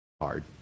hard